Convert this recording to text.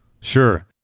sure